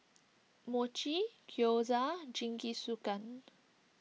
Mochi Gyoza and Jingisukan